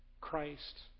Christ